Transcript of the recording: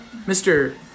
Mr